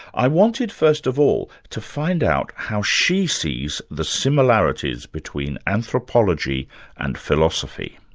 i wanted first of all to find out how she sees the similarities between anthropology and philosophy.